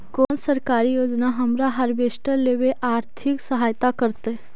कोन सरकारी योजना हमरा हार्वेस्टर लेवे आर्थिक सहायता करतै?